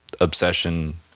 obsession